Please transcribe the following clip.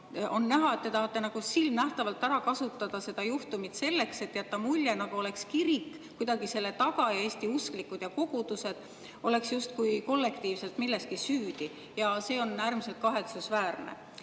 On näha, et te tahate silmnähtavalt ära kasutada seda juhtumit selleks, et jätta muljet, nagu oleks kirik kuidagi selle taga ja Eesti usklikud ja kogudused oleks justkui kollektiivselt milleski süüdi. See on äärmiselt kahetsusväärne.